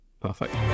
perfect